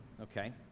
okay